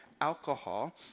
alcohol